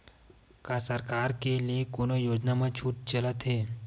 का सरकार के ले कोनो योजना म छुट चलत हे?